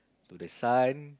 to the son